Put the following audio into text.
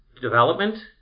development